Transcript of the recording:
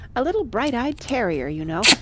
a little bright-eyed terrier, you know,